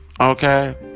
Okay